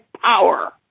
power